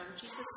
Jesus